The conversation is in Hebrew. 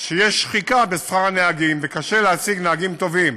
שיש שחיקה בשכר הנהגים וקשה להשיג נהגים טובים,